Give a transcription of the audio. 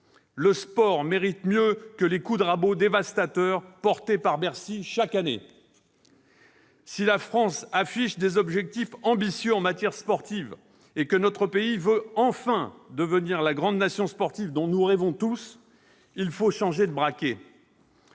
Le sport mérite mieux que les coups de rabot dévastateurs portés par Bercy chaque année ! Si la France affiche des objectifs ambitieux en matière sportive et si notre pays veut enfin devenir la grande nation sportive dont nous rêvons tous, il faut changer de braquet